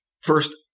first